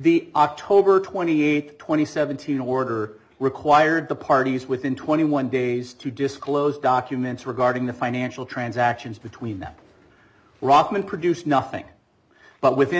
the october twenty eighth twenty seventeen order required the parties within twenty one days to disclose documents regarding the financial transactions between rockman produced nothing but within